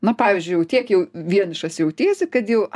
na pavyzdžiui jau tiek jau vienišas jautiesi kad jau